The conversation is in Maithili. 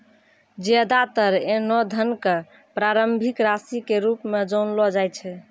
ज्यादातर ऐन्हों धन क प्रारंभिक राशि के रूप म जानलो जाय छै